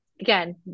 again